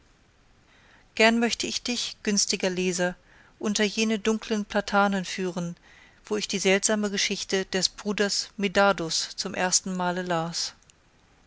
gern möchte ich dich günstiger leser unter jene dunkle platanen führen wo ich die seltsame geschichte des bruders medardus zum ersten male las